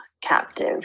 captive